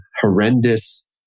horrendous